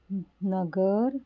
ਨਗਰ